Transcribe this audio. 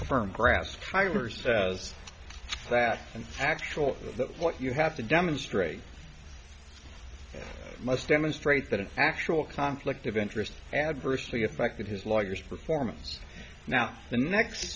a firm grasp fibers that actual what you have to demonstrate must demonstrate that an actual conflict of interest adversely affected his lawyer's performance now the next